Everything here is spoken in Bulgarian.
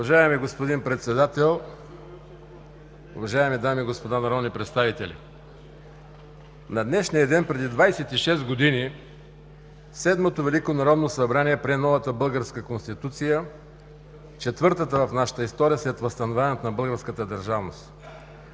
Уважаеми господин Председател, уважаеми дами и господа народни представители! На днешния ден преди 26 години Седмото велико народно събрание прие новата българска Конституция – четвъртата в нашата история след възстановяването на българската държавност.